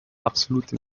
absolute